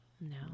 No